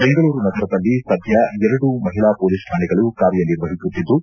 ಬೆಂಗಳೂರು ನಗರದಲ್ಲಿ ಸದ್ದ ಎರಡು ಮಹಿಳಾ ಹೊಲೀಸ್ ಶಾಣೆಗಳು ಕಾರ್ಯ ನಿರ್ವಹಿಸುತ್ತಿದ್ದು